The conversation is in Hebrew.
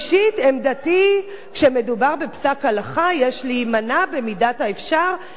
כשמדובר בפסק הלכה יש להימנע במידת האפשר מהליכים פליליים,